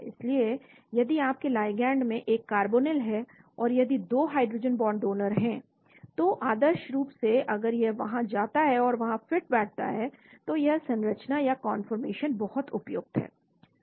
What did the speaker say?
इसलिए यदि आपके लिगैंड में एक कार्बोनिल है और यदि 2 हाइड्रोजन बॉन्ड डोनर हैं तो आदर्श रूप से अगर यह वहां जाता है और वहां फिट बैठता है तो यह संरचना या कौनफॉरमेशन बहुत उपयुक्त है